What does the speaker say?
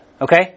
okay